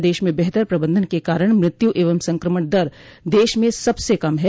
प्रदेश में बेहतर प्रबन्धन के कारण मृत्यु एवं संक्रमण दर देश में सबसे कम है